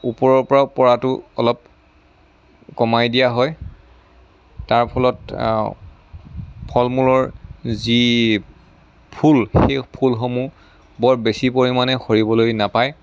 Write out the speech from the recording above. ওপৰৰ পৰা পৰাটো অলপ কমাই দিয়া হয় তাৰ ফলত ফল মূলৰ যি ফুল সেই ফুলসমূহ বৰ বেছি পৰিমাণে সৰিবলৈ নাপায়